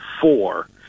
four